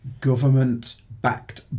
government-backed